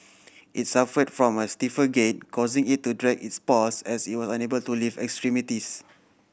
it suffered from a stiffer gait causing it to drag its paws as it was unable to lift extremities